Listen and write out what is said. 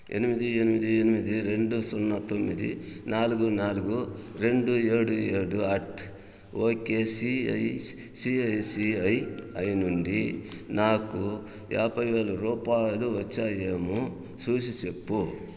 ఎనిమిది ఎనిమిది ఎనిమిది రెండు సున్నా తొమ్మిది నాలుగు నాలుగు రెండు ఏడు ఏడు అట్ ఓకె సిఐ సిఐసిఐఐ నుండి నాకు యాభై వేల రూపాయలు వచ్చాయేమో చూసి చెప్పు